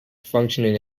functioning